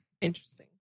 Interesting